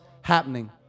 happening